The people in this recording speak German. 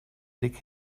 blick